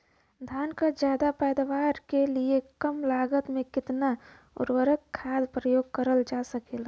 धान क ज्यादा पैदावार के लिए कम लागत में कितना उर्वरक खाद प्रयोग करल जा सकेला?